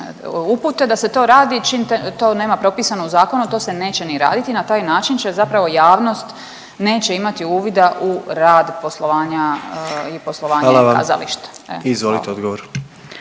upute da se to radi, čim to nema propisano u zakonu to se neće ni raditi. Na taj način će zapravo javnost neće imati uvida u rad poslovanja i poslovanje kazališta. Evo, hvala.